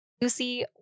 lucy